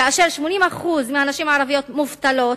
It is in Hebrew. כאשר 80% מהנשים הערביות מובטלות,